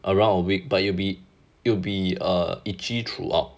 around a week but it'll be it'll be err itchy throughout